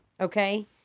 okay